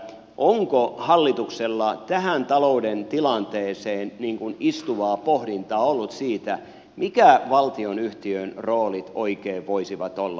onko hallituksella tähän talouden tilanteeseen istuvaa pohdintaa ollut siitä mitkä valtionyhtiön roolit oikein voisivat olla